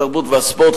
התרבות והספורט,